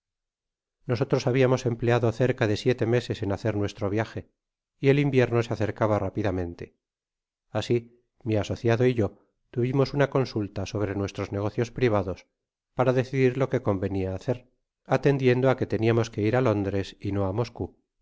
nosotros habiamos empleado cerca de siete meses en hacer nuestro viaje y el invierno se acercaba rápidamente asi mi asociado y yo tuvimos una consulta sobre nuestros negocios privados para decidir lo quo convenia hacer atendiendo á que teniamos que ir á lóndres y no á moscou